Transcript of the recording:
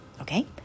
okay